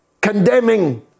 condemning